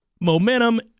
momentum